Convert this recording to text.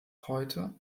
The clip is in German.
heute